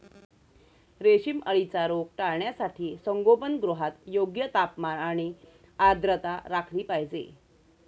रेशीम अळीचा रोग टाळण्यासाठी संगोपनगृहात योग्य तापमान आणि आर्द्रता राखली पाहिजे